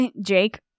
Jake